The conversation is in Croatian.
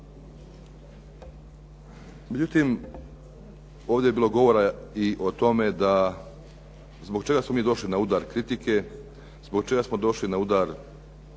Međutim, ovdje je bilo govora i o tome zbog čega smo mi došli na udar kritike, zbog čega smo došli na udar